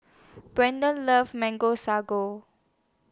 Brendan loves Mango Sago